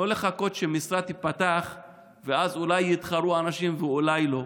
לא לחכות שמשרה תיפתח ואז אולי יתחרו אנשים ואולי לא.